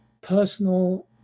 personal